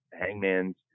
Hangman's